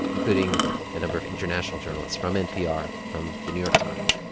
including a number of international journalists from npr, from the new york times.